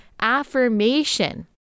affirmation